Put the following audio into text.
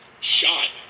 shot